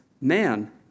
man